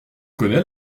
connais